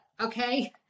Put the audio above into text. Okay